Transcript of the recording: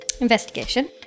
Investigation